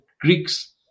Greeks